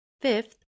Fifth